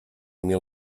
mil